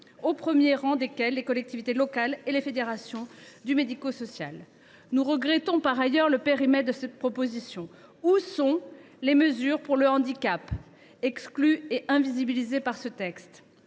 au premier rang desquels les collectivités locales et les fédérations du médico social. Nous désapprouvons par ailleurs le périmètre de cette proposition. Où sont les mesures pour le handicap, lequel est exclu de ce texte